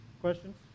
questions